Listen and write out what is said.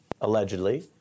allegedly